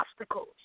obstacles